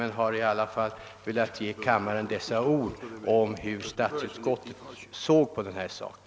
Med dessa ord har jag endast velat lägga mina synpunkter på frågan.